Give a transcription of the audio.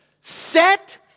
set